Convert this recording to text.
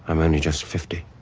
um only just fifty.